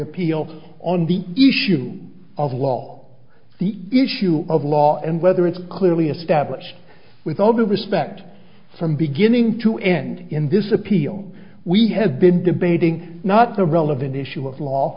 appeal on the issue of law the issue of law and whether it's clearly established with all due respect from beginning to end in this appeal we have been debating not the relevant issue of law